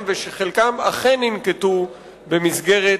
ושחלקם אכן ננקטו במסגרת